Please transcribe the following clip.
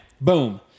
Boom